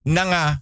Nanga